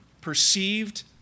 perceived